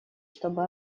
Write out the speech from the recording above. чтобы